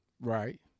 right